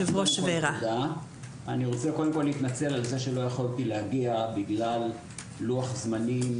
אני מתנצל שלא יכולתי להגיע בגלל לוח הזמנים